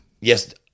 yes